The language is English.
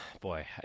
boy